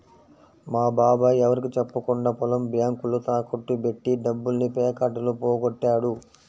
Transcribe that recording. మా బాబాయ్ ఎవరికీ చెప్పకుండా పొలం బ్యేంకులో తాకట్టు బెట్టి డబ్బుల్ని పేకాటలో పోగొట్టాడు